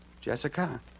Jessica